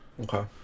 Okay